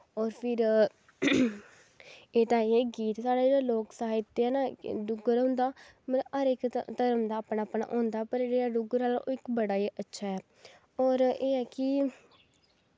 और फिर एह् ते आईये गीत साढ़े साढ़ा जेह्ड़ा लोक साहित्य न डुग्गर हुंदा मतलव कि हर धर्म दा अपना अपना होंदा पर जेह्ड़ा डुग्गर आह्ला बड़ा ई अच्छा ऐ और एह् ऐ कि